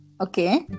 Okay